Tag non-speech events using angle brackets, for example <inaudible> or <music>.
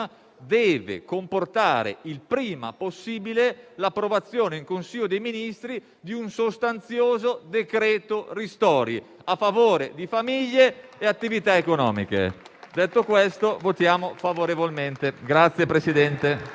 deve comportare il prima possibile l'approvazione in Consiglio dei ministri di un sostanzioso decreto ristori, a favore di famiglie e attività economiche. <applause> Detto questo, voteremo favorevolmente. <applause>